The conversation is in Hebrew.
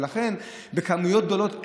לכן זה בכמויות גדולות,